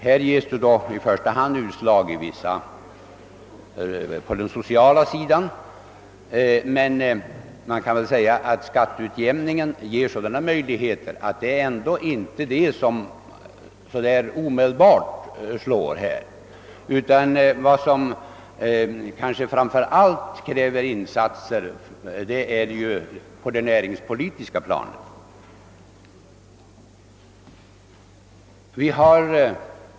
Denna utveckling ger i första hand utslag på den sociala sidan, men vi har ändå tack vare skatteutjämningen fått möjlighet att möta dessa påfrestningar. Kraven på insatser gäller därför framför allt det näringspolitiska planet.